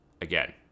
again